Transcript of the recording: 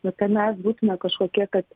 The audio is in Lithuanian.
bet kad mes būtume kažkokie kad